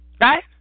right